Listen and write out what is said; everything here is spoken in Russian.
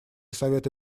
совета